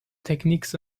techniques